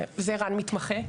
וזה רן מתמחה.